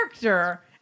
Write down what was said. character